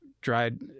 dried